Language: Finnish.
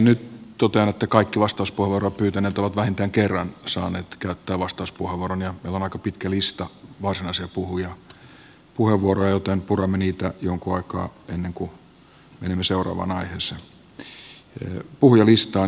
nyt totean että kaikki vastauspuheenvuoroa pyytäneet ovat vähintään kerran saaneet käyttää vastauspuheenvuoron ja meillä on aika pitkä lista varsinaisia puheenvuoroja joten puramme niitä jonkin aikaa ennen kuin menemme seuraavaan aiheeseen